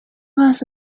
was